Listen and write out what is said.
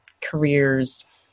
careers